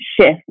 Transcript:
shift